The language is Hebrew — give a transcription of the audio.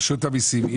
רשות המיסים,